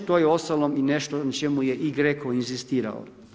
To je uostalom i nešto na čemu je i GREC-o inzistirao.